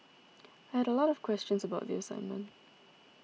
I had a lot of questions about the assignment